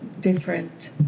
different